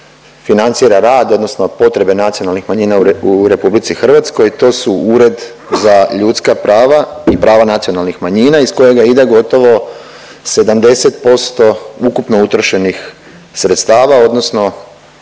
financira rad odnosno potrebe nacionalnih manjina u RH, to su Ured za ljudska prava i prava nacionalnih manjina iz kojega ide gotovo 70% ukupno utrošenih sredstava odnosno